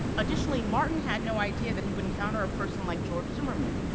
additionally, martin had no idea that he would encounter a person like george zimmerman,